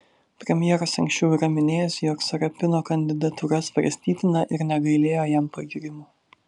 premjeras anksčiau yra minėjęs jog sarapino kandidatūra svarstytina ir negailėjo jam pagyrimų